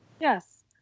Yes